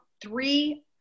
three